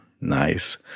nice